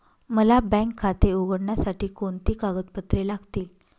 मला बँक खाते उघडण्यासाठी कोणती कागदपत्रे लागतील?